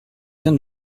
bien